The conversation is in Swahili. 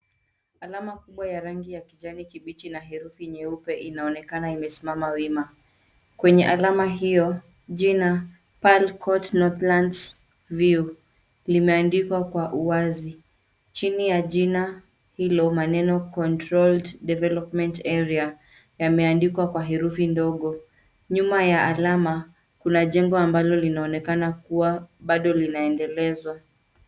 Alama kubwa ya rangi ya kijani kibichi na herufi nyeupe inaonekana imesimama wima. Kwenye alama hio, jina Pearl Court Northlands View limeandikwa kwa uwazi. Chini ya jina hilo, maneno Controlled Development Area yameandikwa kwa herufi ndogo. Nyuma ya alama kuna jengo ambalo linaonekana kuwa bado linaendelezwa.